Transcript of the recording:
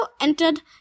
entered